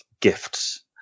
gifts